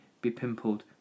be-pimpled